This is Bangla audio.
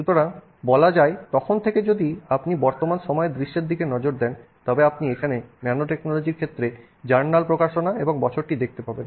সুতরাং বলা যায় তখন থেকে থেকে যদি আপনি বর্তমান সময়ের দৃশ্যের দিকে নজর দেন তবে আপনি এখানে ন্যানোটেকনোলজির ক্ষেত্রে জার্নাল প্রকাশনা এবং বছরটি দেখতে পাবেন